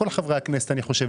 כל חברי הכנסת אני חושב,